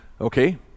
okay